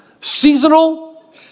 seasonal